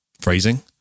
Phrasing